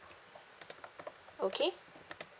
okay